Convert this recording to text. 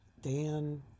Dan